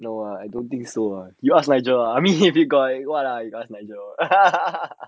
no ah I don't think so you ask nigel ah I mean he got by [what] ah you ask nigel